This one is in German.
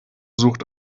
sucht